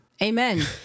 Amen